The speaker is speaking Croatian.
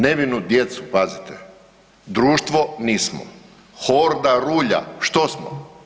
Nevinu djecu, pazite, društvo, nismo, horda, rulja, što smo?